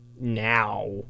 now